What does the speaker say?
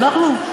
אנחנו?